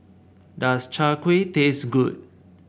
does Chai Kuih taste good